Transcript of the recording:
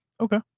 Okay